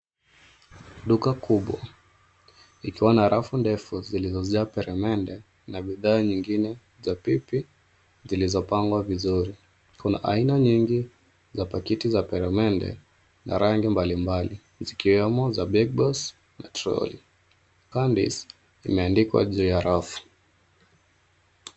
Duka kubwa ikiwa na rafu ndefu zilizojaa peremende na bidhaa nyingine za pipi zilizopangwa vizuri. Kuna aina nyingi za pakiti za peremende na rangi mbalimbali zikiwemo za bigboss na troli. Candice imeandikwa juu ya rafu.